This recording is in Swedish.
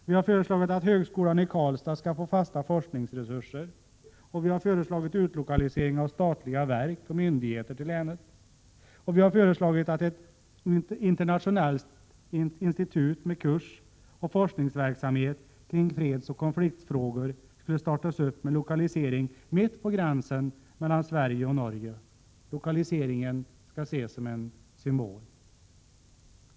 Vi har föreslagit att högskolan i Karlstad skall få fasta forskningsresurser. Vi har föreslagit utlokalisering av statliga verk och myndigheter till länet. Vi har föreslagit att ett internationellt institut med kursoch forskningsverksamhet kring fredsoch konfliktfrågor skall startas med lokalisering mitt på gränsen mellan Sverige och Norge. Lokaliseringen skall ses som en symbol.